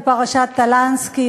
בפרשת טלנסקי,